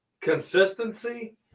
Consistency